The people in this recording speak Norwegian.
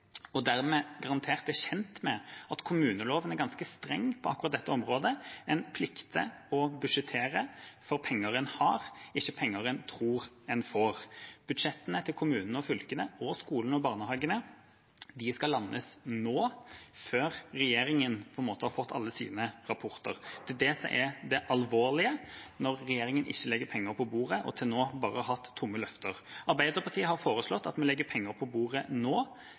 kjent med at kommuneloven er ganske streng på akkurat dette området: En plikter å budsjettere for penger en har, ikke penger en tror en får. Budsjettene til kommunene og fylkene – og skolene og barnehagene – skal landes nå, før regjeringen har fått alle sine rapporter. Det er det som er det alvorlige, at regjeringen ikke legger penger på bordet, og til nå bare har hatt tomme løfter. Arbeiderpartiet har foreslått at vi legger penger på bordet nå.